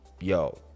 yo